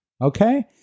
Okay